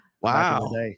wow